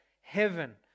heaven